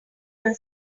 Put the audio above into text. will